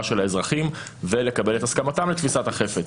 של האזרחים ולקבל את הסכמתם לתפיסת החפץ.